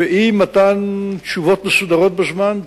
באי-מתן תשובות מסודרות בזמן.